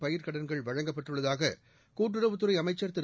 பயிர்க்கடன்கள் வழங்கப்பட்டுள்ளதாக கூட்டுறவுத்துறை அமைச்சர் திரு